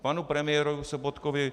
K panu premiérovi Sobotkovi.